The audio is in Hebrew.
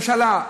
ממשלה,